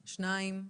שניים.